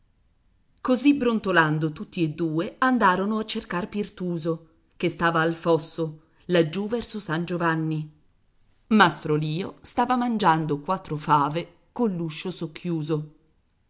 così brontolando tutti e due andarono a cercare pirtuso che stava al fosso laggiù verso san giovanni mastro lio stava mangiando quattro fave coll'uscio socchiuso